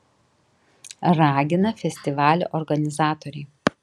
ragina festivalio organizatoriai